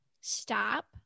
stop